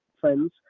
friends